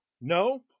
No